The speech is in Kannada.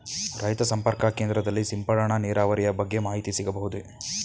ರೈತ ಸಂಪರ್ಕ ಕೇಂದ್ರದಲ್ಲಿ ಸಿಂಪಡಣಾ ನೀರಾವರಿಯ ಬಗ್ಗೆ ಮಾಹಿತಿ ಸಿಗಬಹುದೇ?